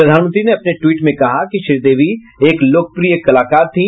प्रधानमंत्री ने अपने ट्वीट में कहा कि श्रीदेवी एक लोकप्रिय कलाकार थी